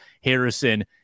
Harrison